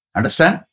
Understand